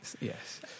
Yes